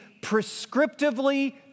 prescriptively